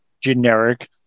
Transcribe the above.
generic